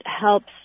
helps –